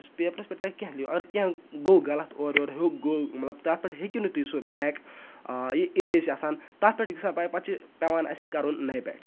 پیپرَس پیٹھ اَگَر تُہۍ کینٛہہ لٮ۪کھِو اَگَر کینٛہہ گوٚو غَلَط اورٕ یورٕ ہیوٚکھ گوٚو مَطلَب تَتھ پیٹھ ہیٚکِو نہِ تُہۍ سُہ بیک آِریز چھُ آسان تَتھ پیٹھ چھُ گَژھان پَتہٕ چھُ پٮ۪وان اَسہِ کَرُن نَیہِ پیٹھٕ